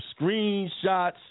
screenshots